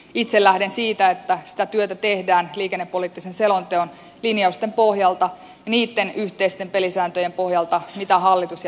itse lähden siitä että sitä työtä tehdään liikennepoliittisen selonteon linjausten pohjalta niitten yhteisten pelisääntöjen pohjalta mitä hallitus ja eduskunta ovat päättäneet